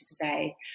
today